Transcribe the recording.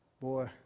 Boy